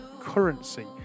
currency